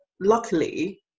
luckily